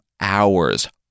hours